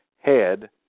head